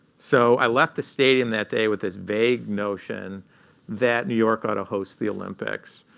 so i left the stadium that day with this vague notion that new york ought to host the olympics.